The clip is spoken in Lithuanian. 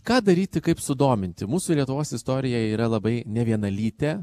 ką daryti kaip sudominti mūsų lietuvos istorija yra labai nevienalytė